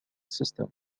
system